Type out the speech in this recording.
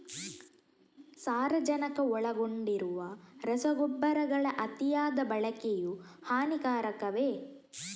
ಸಾರಜನಕ ಒಳಗೊಂಡಿರುವ ರಸಗೊಬ್ಬರಗಳ ಅತಿಯಾದ ಬಳಕೆಯು ಹಾನಿಕಾರಕವೇ?